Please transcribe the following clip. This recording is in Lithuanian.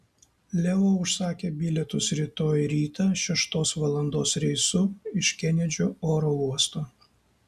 leo užsakė bilietus rytoj rytą šeštos valandos reisu iš kenedžio oro uosto